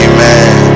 Amen